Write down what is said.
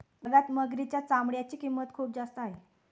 जगात मगरीच्या चामड्याची किंमत खूप जास्त आहे